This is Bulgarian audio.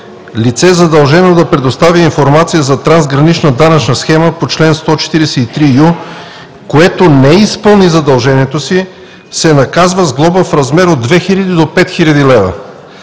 „Лице, задължено да предостави информация за трансгранична данъчна схема по чл. 143ю, което не изпълни задължението си, се наказва с глоба в размер от 2000 до 5000 лв.